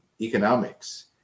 economics